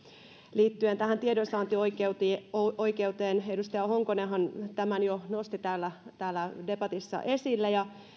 liittyen tähän tiedonsaantioikeuteen edustaja honkonenhan tämän jo nosti täällä täällä debatissa esille